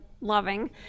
loving